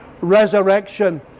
resurrection